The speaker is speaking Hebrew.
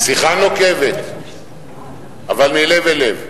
שיחה נוקבת, אבל מלב אל לב.